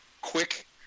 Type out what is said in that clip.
quick